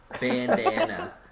bandana